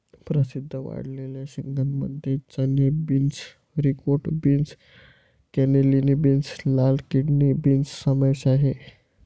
प्रसिद्ध वाळलेल्या शेंगांमध्ये चणे, beans, haricot beans, cannellini beans, लाल किडनी बीन्स समावेश आहे